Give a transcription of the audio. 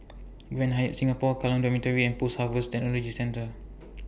Grand Hyatt Singapore Kallang Dormitory and Post Harvest Technology Centre